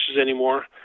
anymore